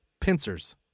Pincers